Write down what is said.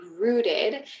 rooted